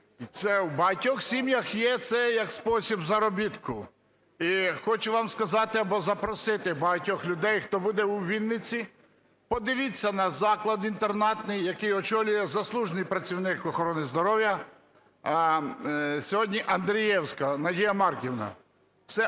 Це в багатьох сім'ях є це як спосіб заробітку. І хочу вам сказати, або запросити багатьох людей, хто буде у Вінниці, подивіться на заклад інтернатний, який очолює заслужений працівник охорони здоров'я сьогодні Андрієвська Надія Марківна.